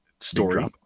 story